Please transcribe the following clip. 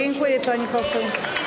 Dziękuję, pani poseł.